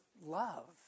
love